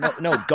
No